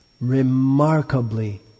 remarkably